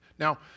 Now